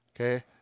Okay